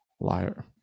liar